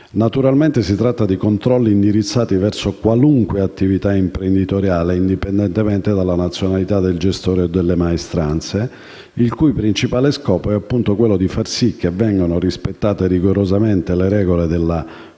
Naturalmente, si tratta di controlli indirizzati verso qualunque attività imprenditoriale, indipendentemente dalla nazionalità del gestore o delle maestranze, il cui principale scopo è far sì che vengano rispettate rigorosamente le regole della corretta